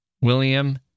William